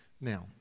Now